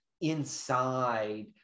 inside